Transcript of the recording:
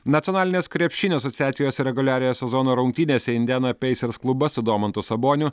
nacionalinės krepšinio asociacijos reguliariojo sezono rungtynėse indiana peisers klubas su domantu saboniu